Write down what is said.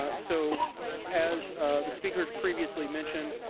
ah so as the speakers previously mentioned,